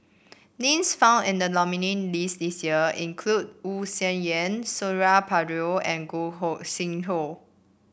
names found in the nominee' list this year include Wu Tsai Yen Suradi Parjo and Gog Sing Hooi